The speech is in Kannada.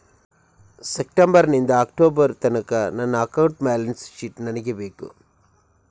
ಸೆಪ್ಟೆಂಬರ್ ನಿಂದ ಅಕ್ಟೋಬರ್ ತನಕ ನನ್ನ ಅಕೌಂಟ್ ಬ್ಯಾಲೆನ್ಸ್ ಶೀಟ್ ನನಗೆ ಬೇಕು